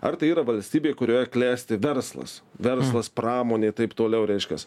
ar tai yra valstybė kurioje klesti verslas verslas pramonė taip toliau reiškias